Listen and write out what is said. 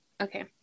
Okay